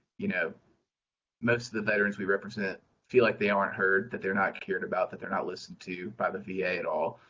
you know most of the veterans we represent feel like they aren't heard, that they're not cared about, that they're not listened to by the va at all.